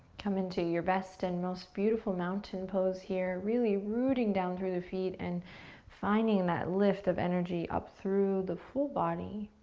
come into your best and most beautiful mountain pose here, really rooting down through the feet and finding that lift of energy up through the full body.